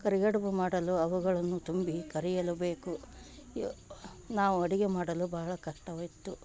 ಕರಿಗಡುಬು ಮಾಡಲು ಅವುಗಳನ್ನು ತುಂಬಿ ಕರಿಯಲು ಬೇಕು ಯ ನಾವು ಅಡುಗೆ ಮಾಡಲು ಬಹಳ ಕಷ್ಟವಿತ್ತು